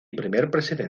primer